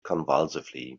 convulsively